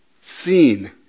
seen